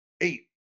Eight